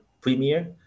premier